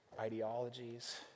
ideologies